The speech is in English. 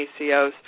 ACOs